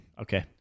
Okay